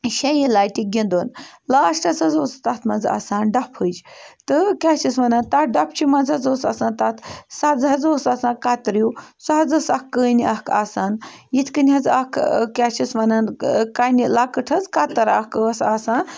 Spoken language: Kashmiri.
شیٚیہِ لَٹہِ گِنٛدُن لاسٹَس حظ اوس تَتھ منٛز آسان ڈَپھٕج تہٕ کیٛاہ چھِس وَنان تَتھ ڈھپچہِ منٛز حظ اوس آسان تَتھ سزٕ حظ اوس آسان کَتریوٗ سُہ حظ ٲس اَکھ کٔنۍ اَکھ آسان یِتھ کٔنۍ حظ اَکھ کیٛاہ چھِس وَنان کَنہِ لۄکٕٹ حظ کَتٕر اَکھ ٲس آسان